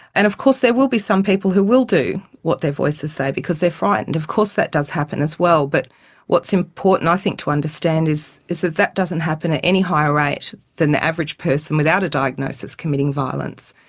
and of course there will be some people who will do what their voices say because they are frightened, of course that does happen as well, but what's important i think to understand is is that that doesn't happen at any higher rate than the average person without a diagnosis committing violence.